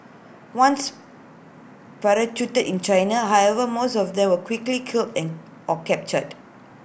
once parachuted in China however most of them were quickly killed and or captured